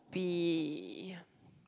be